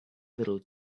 little